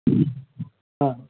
ఆ